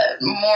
more